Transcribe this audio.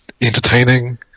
entertaining